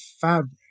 fabric